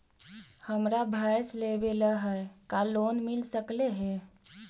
हमरा भैस लेबे ल है का लोन मिल सकले हे?